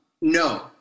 no